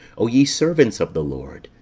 o ye servants of the lord,